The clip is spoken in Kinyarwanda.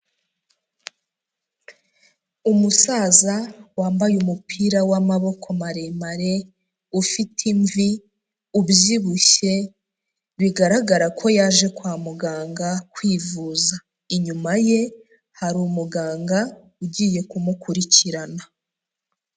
Umusaza wambaye umupira w'amaboko maremare, ufite imvi, ubyibushye, bigaragara ko yaje kwa muganga kwivuza, inyuma ye hari umuganga ugiye kumukurikirana.